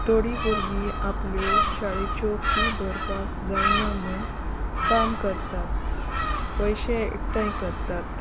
थोडीं भुरगीं आपल्यो शाळेच्यो फी भरपाक जायना म्हूण काम करतात पयशे एकठांय करतात